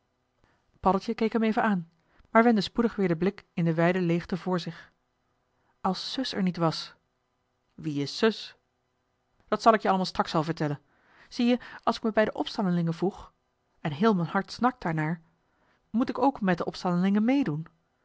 paddeltje keek hem even aan maar wendde spoedig weer den blik in de wijde leegte voor zich als zus er niet was wie is zus dat zal ik je allemaal straks wel vertellen zie-je als ik me bij de opstandelingen voeg en heel m'n hart snakt daar naar moet ik ook met de opstandelingen meedoen